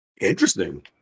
Interesting